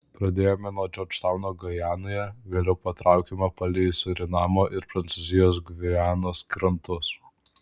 pradėjome nuo džordžtauno gajanoje vėliau patraukėme palei surinamo ir prancūzijos gvianos krantus